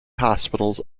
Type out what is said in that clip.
hospitals